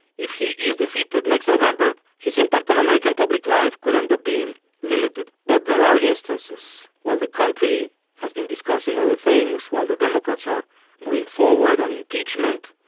if he is defeated next november. his impact on american public life could end up being limited. but there are instances while the country has been discussing other things while the democrats are moving forward on impeachment.